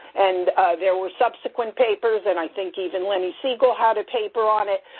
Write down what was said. and there were subsequent papers, and i think even lenny sigal had a paper on it.